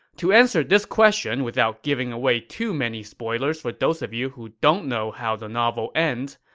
to answer this question without giving away too many spoilers for those of you who don't know how the novel ends,